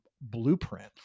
blueprint